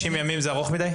90 ימים זה ארוך מדי?